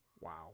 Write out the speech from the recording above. Wow